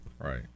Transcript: Right